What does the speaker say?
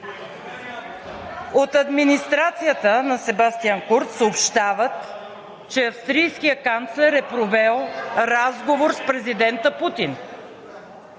„От Администрацията на Себастиан Курц съобщават, че австрийският канцлер е провел разговор с президента Путин